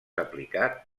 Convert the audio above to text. aplicat